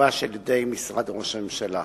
שגובש על-ידי משרד ראש הממשלה.